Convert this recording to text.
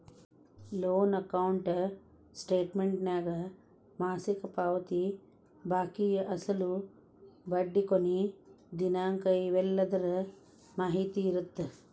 loan account ಸ್ಟೇಟಮೆಂಟ್ನ್ಯಾಗ ಮಾಸಿಕ ಪಾವತಿ ಬಾಕಿ ಅಸಲು ಬಡ್ಡಿ ಕೊನಿ ದಿನಾಂಕ ಇವೆಲ್ಲದರ ಮಾಹಿತಿ ಇರತ್ತ